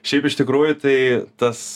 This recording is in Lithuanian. šiaip iš tikrųjų tai tąs